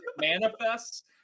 manifests